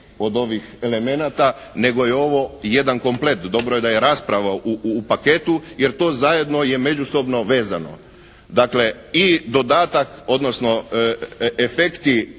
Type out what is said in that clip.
od ovih elemenata, nego je ovo jedan komplet. Dobro da je rasprava u paketu, jer to zajedno je međusobno vezano. Dakle i dodatak, odnosno efekti